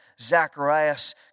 Zacharias